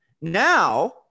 Now